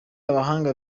abahanga